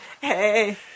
hey